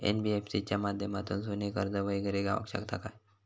NBFC च्या माध्यमातून सोने कर्ज वगैरे गावात शकता काय?